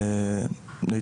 נמצא שש שעות ביום בבסיס,